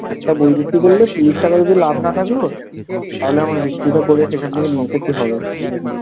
একটা বই বিক্রি করলে তিরিশ টাকা যদি লাভ না থাকলো তাহলে আমার বিক্রিটা করে সেখান থেকে নিয়ে এসে কি হবে এই জন্যেই